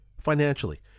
financially